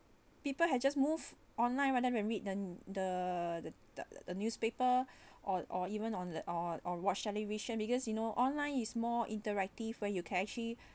people had just move online when they read the the the the the newspaper or or even on or or watch television because you know online is more interactive where you can actually